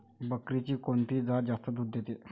बकरीची कोनची जात जास्त दूध देते?